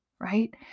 right